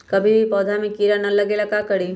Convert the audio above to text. कभी भी पौधा में कीरा न लगे ये ला का करी?